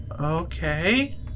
Okay